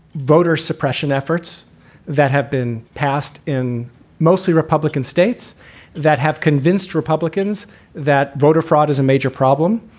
voter suppression efforts that have been passed in mostly republican states that have convinced republicans that voter fraud is a major problem